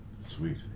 Sweet